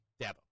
Dabo